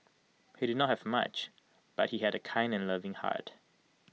he did not have much but he had A kind and loving heart